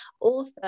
author